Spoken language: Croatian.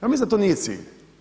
Ja mislim da to nije cilj.